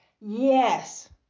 Yes